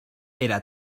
era